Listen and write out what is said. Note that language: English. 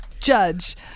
judge